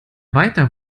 weiter